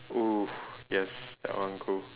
oh yes that one cool